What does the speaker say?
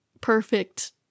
perfect